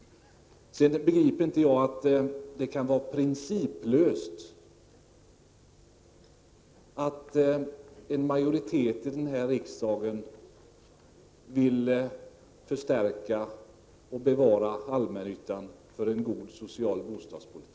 Sedan begriper inte jag att det kan vara principlöst att en majoritet i denna riksdag vill bevara och förstärka allmännyttan för att garantera en god social bostadspolitik.